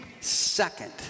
second